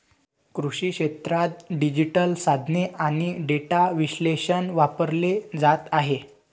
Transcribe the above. कृषी क्षेत्रात डिजिटल साधने आणि डेटा विश्लेषण वापरले जात आहे